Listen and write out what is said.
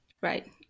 Right